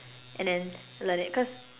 and then learn it cause